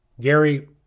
Gary